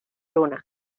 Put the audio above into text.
una